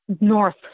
north